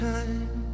time